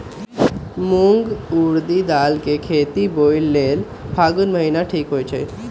मूंग ऊरडी दाल कें खेती बोआई लेल फागुन महीना ठीक होई छै